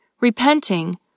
Repenting